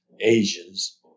Asians